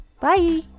Bye